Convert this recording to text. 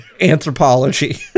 Anthropology